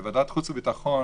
ועדת החוץ והביטחון